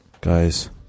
Guys